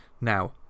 Now